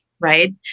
right